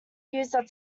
user